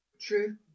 True